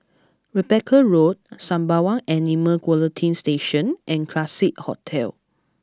Rebecca Road Sembawang Animal Quarantine Station and Classique Hotel